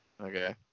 Okay